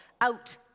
out